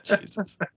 Jesus